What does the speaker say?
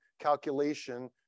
calculation